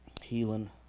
Healing